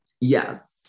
Yes